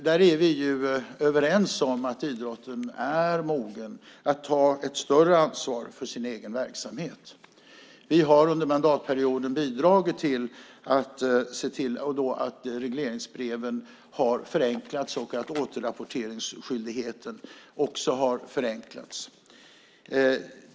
Där är vi överens om att idrotten är mogen att ta ett större ansvar för sin egen verksamhet. Vi har under mandatperioden bidragit till att se till att regleringsbreven har förenklats och att återrapporteringsskyldigheten har förenklats.